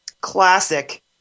classic